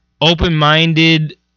open-minded